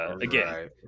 again